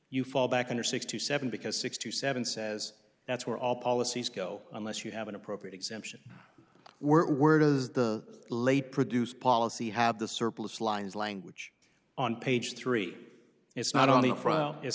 you fall back under sixty seven because sixty seven says that's where all policies go unless you have an appropriate exemption were it is the late produced policy have the surplus lines language on page three it's not only